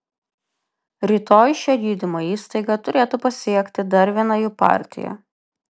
rytoj šią gydymo įstaigą turėtų pasiekti dar viena jų partija